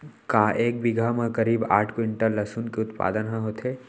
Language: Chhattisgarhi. का एक बीघा म करीब आठ क्विंटल लहसुन के उत्पादन ह होथे?